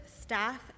staff